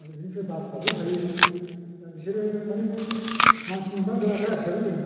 ओमफ्राय बिनिफ्राय बाथ'आबो हायो दा बिसोरो माने मानसिनि मात लाग्रा हिसाबै जों